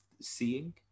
seeing